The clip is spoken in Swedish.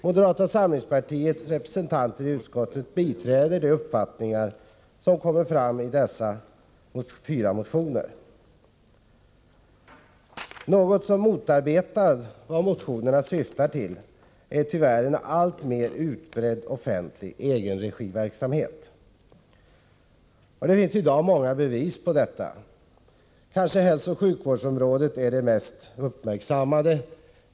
Moderata samlingspartiets representanter i utskottet biträder de uppfattningar som kommer fram i dessa fyra motioner. Något som motarbetar motionernas syften är tyvärr en alltmer utbredd offentlig egenregiverksamhet. Det finns i dag många bevis på detta, och hälsooch sjukvårdsområdet kanske är det mest uppmärksammade.